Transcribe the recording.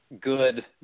good